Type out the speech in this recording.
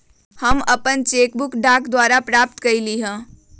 हम अपन cheque book डाक द्वारा प्राप्त कईली ह